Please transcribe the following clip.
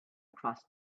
across